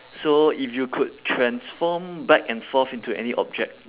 so if you could transform back and forth into any object